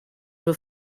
were